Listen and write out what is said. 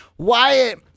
Wyatt